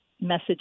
message